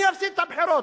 אני אפסיד בבחירות.